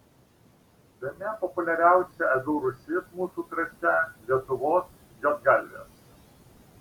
bene populiariausia avių rūšis mūsų krašte lietuvos juodgalvės